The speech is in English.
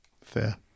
fair